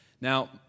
Now